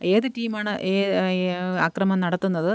ഏത് ടീമാണ് ആക്രമം നടത്തുന്നത്